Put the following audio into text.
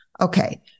Okay